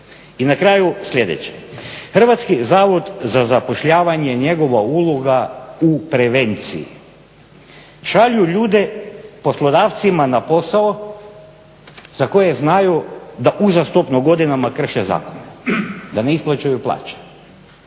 I na kraju sljedeće, Hrvatski zavod za zapošljavanje njegova uloga u prevenciji. Šalju ljude poslodavcima na posao za koje znaju da uzastopno godinama krše zakone, da ne isplaćuju plaće,